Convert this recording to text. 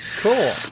Cool